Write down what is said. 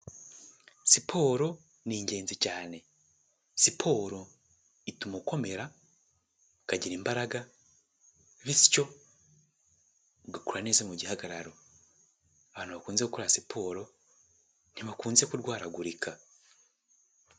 Siporo ni ingenzi cyane, siporo ituma ukomera ukagira imbaraga bityo ugakura neza mu gihagararo. Abantu bakunze gukora siporo ntibakunze kurwaragurika.